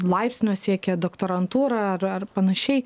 laipsnio siekia doktorantūra ar panašiai